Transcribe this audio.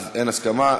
אז אין הסכמה.